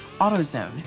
AutoZone